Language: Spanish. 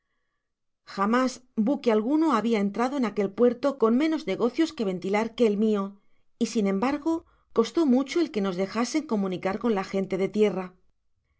jamás buque alguno habia entrado en aquel puerto con menos negocios que ventilar que el mío y sin embargo costó mucho el que nos dejasen comunicar con la gen e de tierra